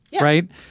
right